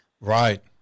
Right